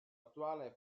attuale